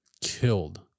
killed